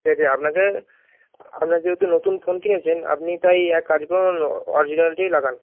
ঠিক আছে আপনাকে আপনার যেহেতু নতুন ফোন কিনেছেন আপনি তাই এক কাজ করুন অরিজিনালটাই লাগান